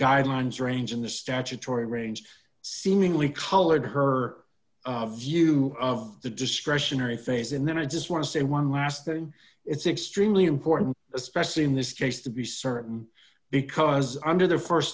guidelines range in the statutory range seemingly colored her view of the discretionary phase in then i just want to say one last thing it's extremely important especially in this case to be certain because under the